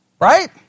right